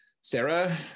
Sarah